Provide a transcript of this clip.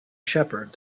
shepherd